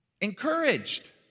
encouraged